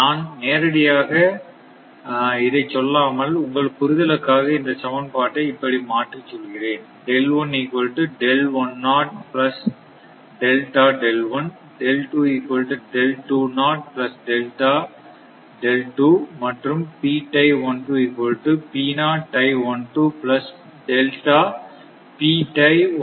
நான் நேரடியாக இதைச் சொல்லாமல் உங்கள் புரிதலுக்காக இந்தச் சமன்பாட்டை இப்படி மாற்றிச் சொல்கிறேன்